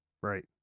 Right